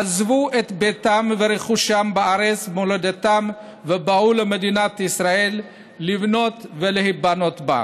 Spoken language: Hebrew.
עזבו את ביתם ורכושם בארץ מולדתם ובאו למדינת ישראל לבנות ולהיבנות בה.